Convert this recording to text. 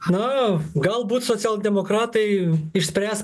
na galbūt socialdemokratai išspręs